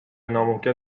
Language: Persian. ناممکن